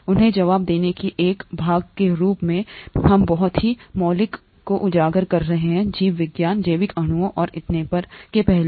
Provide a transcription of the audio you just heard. उन्हें जवाब देने के एक भाग के रूप में हम बहुत ही मौलिक को उजागर कर रहे हैं जीव विज्ञान जैविक अणुओं और इतने पर के पहलू